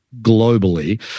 globally